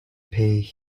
pay